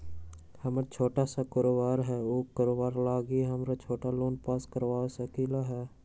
हमर छोटा सा कारोबार है उ कारोबार लागी हम छोटा लोन पास करवा सकली ह?